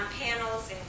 panels